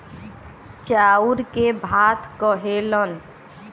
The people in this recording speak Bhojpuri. चाउर के भात कहेलन